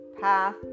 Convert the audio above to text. path